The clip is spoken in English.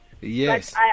Yes